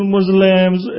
Muslims